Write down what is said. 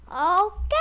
Okay